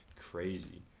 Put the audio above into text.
crazy